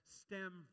stem